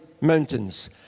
mountains